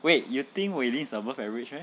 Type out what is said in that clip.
wait you think wei lin is above average meh